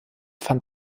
fand